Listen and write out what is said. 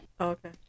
okay